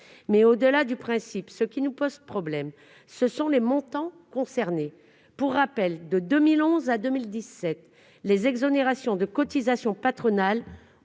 Mais, au-delà du principe, ce qui nous pose problème, ce sont les montants concernés. Pour rappel, de 2011 à 2017, les exonérations de cotisations patronales